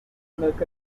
kwigurira